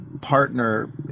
partner